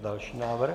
Další návrh.